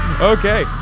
Okay